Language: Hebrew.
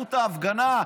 זכות ההפגנה,